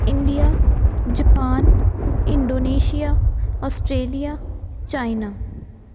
India Japan Indonesia Australia China